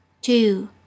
two